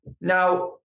Now